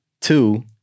Two